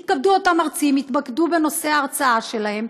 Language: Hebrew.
יתכבדו אותם מרצים, יתמקדו בנושא ההרצאה שלהם,